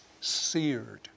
seared